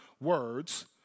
words